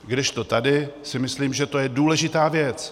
Kdežto tady si myslím, že to je důležitá věc.